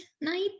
night